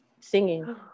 singing